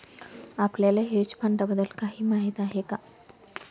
आपल्याला हेज फंडांबद्दल काही माहित आहे का?